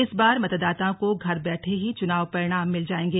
इस बार मतदाताओं को घर बैठे ही चुनाव परिणाम मिल जाएंगे